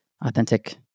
authentic